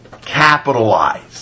capitalize